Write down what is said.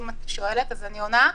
את שואלת ואני עונה.